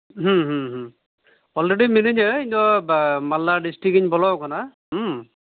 already ᱢᱤᱱᱟᱹᱧᱟ ᱤᱧᱫᱚ ᱢᱟᱞᱫᱟ ᱰᱤᱥᱴᱤᱠᱤᱧ ᱵᱚᱞᱚᱣᱟᱠᱟᱱᱟ